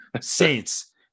Saints